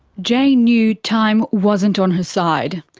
jay knew time wasn't on her side.